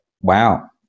wow